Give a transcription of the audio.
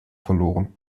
verloren